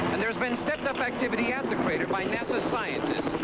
there has been stepped-up activity at the crater by nasa scientists.